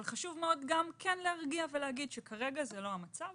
אבל חשוב מאוד להרגיע ולהגיד שכרגע זה לא המצב